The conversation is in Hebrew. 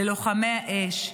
ללוחמי האש,